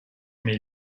mes